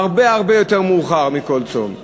עד שעה הרבה יותר מאוחרת מכל צום.